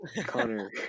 Connor